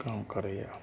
काम करैया